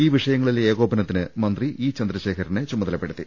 ഈ വിഷയങ്ങളിലെ ഏകോപനത്തിന് മന്ത്രി ഇ ചന്ദ്രശേഖ രനെ ചുമതലപ്പെടുത്തി